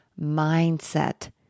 mindset